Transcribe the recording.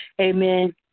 Amen